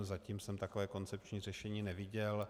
Zatím jsem takové koncepční řešení neviděl.